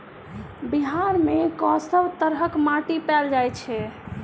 बिहार मे कऽ सब तरहक माटि पैल जाय छै?